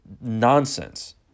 Nonsense